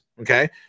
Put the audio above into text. okay